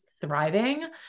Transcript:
thriving